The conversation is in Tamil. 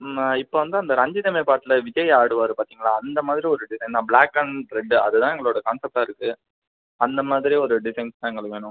நம்ம இப்போ வந்து அந்த ரஞ்சிதமே பாட்டில் விஜய் ஆடுவார் பார்த்திங்களா அந்தமாதிரி ஒரு டிசைன் தான் பிளாக் அன்ட் ரெட்டு அதுதான் எங்குளோட கன்சாப்ட்டாக இருக்கு அந்த மாதிரி ஒரு டிசைன்ஸ் தான் எங்களுக்கு வேணும்